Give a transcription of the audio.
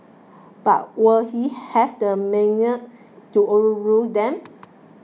but will he have the to overrule them